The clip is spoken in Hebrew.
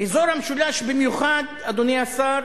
אזור המשולש במיוחד, אדוני השר,